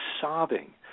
sobbing